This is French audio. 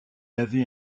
avait